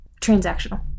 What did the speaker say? transactional